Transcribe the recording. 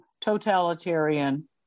totalitarian